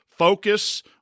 Focus